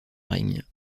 règne